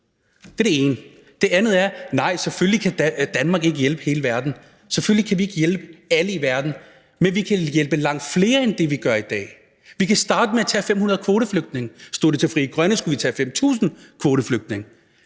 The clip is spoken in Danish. Det er det ene. Det andet er: Nej, selvfølgelig kan Danmark ikke hjælpe hele verden. Selvfølgelig kan vi ikke hjælpe alle i verden. Men vi kan hjælpe langt flere end det, vi gør i dag. Vi kan starte med at tage 500 kvoteflygtninge. Stod det til Frie Grønne, skulle vi tage 5.000 kvoteflygtninge.